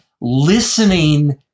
listening